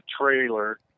trailer